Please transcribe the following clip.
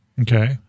Okay